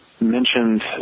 mentioned